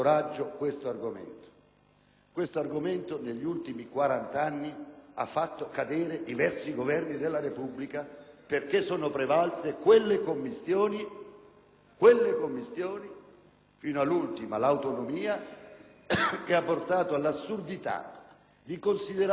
un argomento che negli ultimi quarant'anni ha fatto cadere diversi Governi della Repubblica perché sono prevalse le commistioni, fino all'ultima, l'autonomia, che ha portato all'assurdità di considerare la laurea